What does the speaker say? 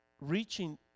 reaching